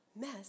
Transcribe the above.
mess